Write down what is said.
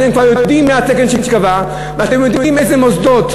אתם כבר יודעים מה התקן שייקבע ואתם יודעים איזה מוסדות,